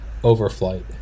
overflight